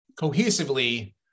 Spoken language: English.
cohesively